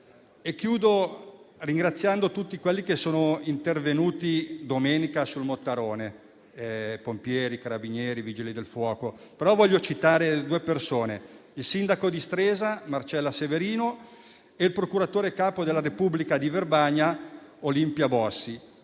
Concludo ringraziando tutti quelli che sono intervenuti domenica sul Mottarone, Carabinieri e Vigili del fuoco, ma voglio citare due persone in particolare: il sindaco di Stresa, Marcella Severino, e il procuratore capo della Repubblica di Verbania, Olimpia Bossi,